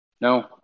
No